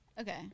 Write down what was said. Okay